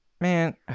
Man